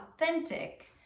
authentic